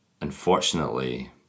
unfortunately